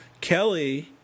Kelly